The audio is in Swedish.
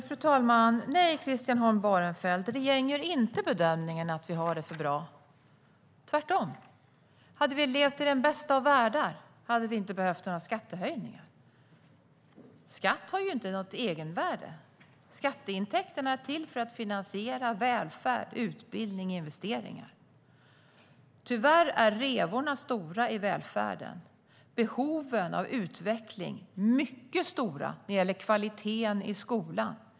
Fru talman! Nej, Christian Holm Barenfeld, regeringen gör inte bedömningen att vi har det för bra, tvärtom. Om vi hade levt i den bästa av världar hade vi inte behövt några skattehöjningar. Skatt har inte något egenvärde. Skatteintäkterna är till för att finansiera välfärd, utbildning och investeringar. Tyvärr är revorna i välfärden stora, och behoven av utveckling är mycket stora när det gäller kvaliteten i skolan.